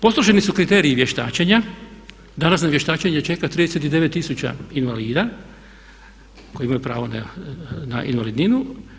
Postroženi su kriteriji vještačenja, danas na vještačenje čeka 39 000 invalida koji imaju pravo na invalidninu.